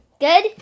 Good